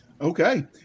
Okay